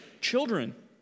children